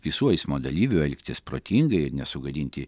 visų eismo dalyvių elgtis protingai ir nesugadinti